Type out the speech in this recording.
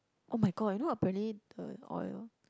[oh]-my-god you know apparently the oil